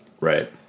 Right